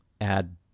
Add